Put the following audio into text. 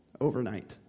overnight